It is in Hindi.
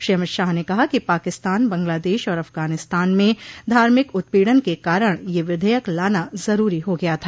श्री अमित शाह ने कहा कि पाकिस्तान बंगलादेश और अफगानिस्तान में धार्मिक उत्पीड़न के कारण यह विधेयक लाना जरूरी हो गया था